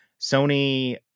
Sony